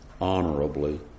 honorably